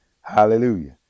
Hallelujah